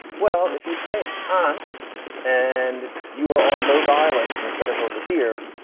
well, if you say aren't and you are on those islands instead of over here,